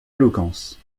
éloquence